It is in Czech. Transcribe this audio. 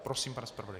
Prosím, pane zpravodaji.